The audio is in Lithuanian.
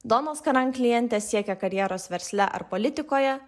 donos karan klientės siekia karjeros versle ar politikoje